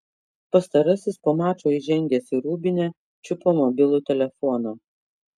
pastarasis po mačo įžengęs į rūbinę čiupo mobilų telefoną